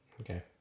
Okay